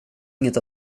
inget